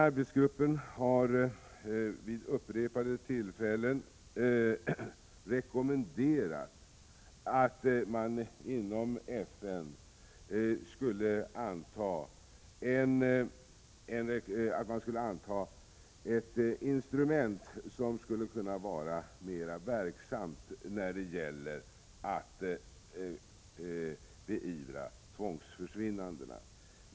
Arbetsgruppen har vid upprepade tillfällen rekommenderat att man inom FN skulle anta ett instrument som skulle kunna vara mer verksamt när det gäller att beivra tvångsförsvinnanden.